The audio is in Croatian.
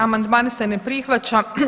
Amandman se ne prihvaća.